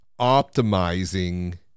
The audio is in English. optimizing